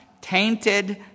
Tainted